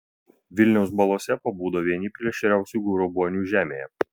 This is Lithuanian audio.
vilniaus balose pabudo vieni plėšriausių grobuonių žemėje